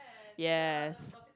yes